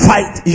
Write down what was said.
Fight